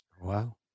wow